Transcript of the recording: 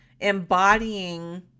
embodying